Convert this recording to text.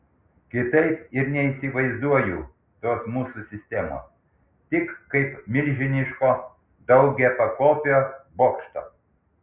kitaip ir neįsivaizduoju tos mūsų sistemos tik kaip milžiniško daugiapakopio bokšto